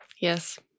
yes